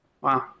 Wow